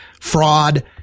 fraud